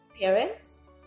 parents